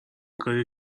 کاریه